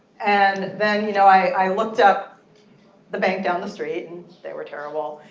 and then, you know, i looked up the bank down the street. and they were terrible.